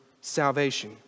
salvation